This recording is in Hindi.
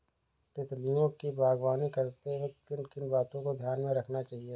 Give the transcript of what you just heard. तितलियों की बागवानी करते वक्त किन किन बातों को ध्यान में रखना चाहिए?